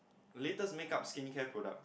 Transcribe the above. latest make up skin care products